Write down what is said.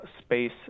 space